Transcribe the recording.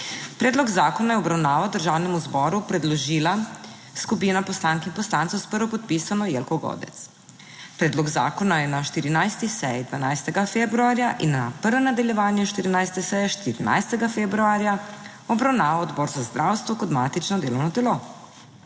Predlog zakona je v obravnavo Državnemu zboru predložila skupina poslank in poslancev s prvopodpisano Jelko Godec. Predlog zakona je na 14. seji 12. februarja in na 1. nadaljevanju 14. seje 14. februarja obravnaval Odbor za zdravstvo kot matično delovno telo.